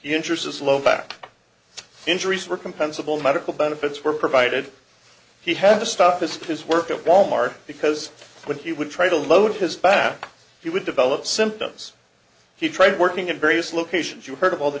enters a slow back injuries were compensable medical benefits were provided he had to stop his his work at wal mart because when he would try to load his back he would develop symptoms he tried working in various locations you heard of all the